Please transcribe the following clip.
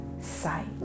sight